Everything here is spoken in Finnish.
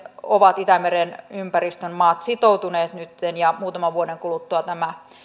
ovat itämeren ympäristön maat sitoutuneet nytten ja muutaman vuoden kuluttua tämä